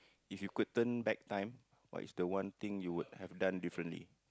if you could turn back time what is the one thing you would have done differently